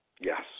Yes